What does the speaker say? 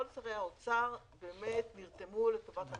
כל שרי האוצר באמת נרתמו לטובת המשימה.